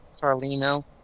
Carlino